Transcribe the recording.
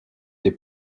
des